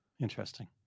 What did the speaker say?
Interesting